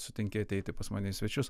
sutinki ateiti pas mane į svečius